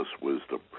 Wisdom